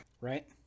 Right